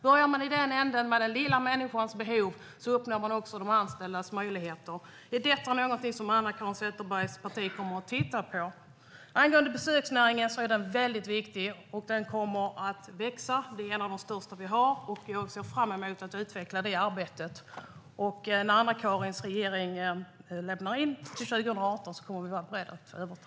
Börjar man i den änden, med den lilla människans behov, uppnår man också de anställdas möjligheter. Är detta någonting som Anna-Caren Sätherbergs parti kommer att titta på? Besöksnäringen är väldigt viktig, och den kommer att växa. Det är en av de största näringar vi har, och jag ser fram emot att utveckla det arbetet. När Anna-Carens regering lämnar in 2018 kommer vi att vara beredda att överta det.